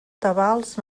tabals